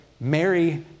Mary